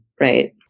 Right